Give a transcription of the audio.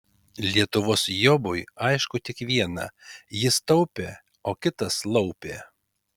lietuvos jobui aišku tik viena jis taupė o kitas laupė